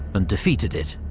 and defeated it.